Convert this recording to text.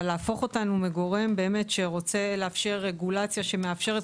אבל להפוך אותנו מגורם שרוצה לאפשר רגולציה שמאפשרת,